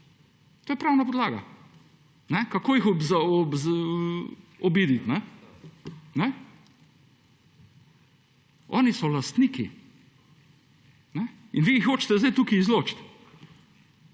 To je pravna podlaga, kako jih obiti. Oni so lastniki. In vi jih hočete zdaj tukaj izločiti.